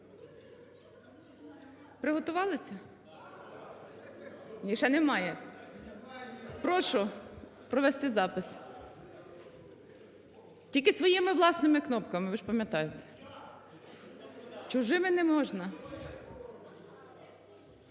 Приготувалися? Ні, ще немає. Прошу провести запис, тільки своїми власними кнопками, ви ж пам'ятаєте. Чужими не можна.